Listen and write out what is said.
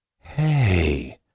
Hey